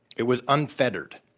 it was unfettered.